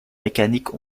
mécaniques